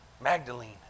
Magdalene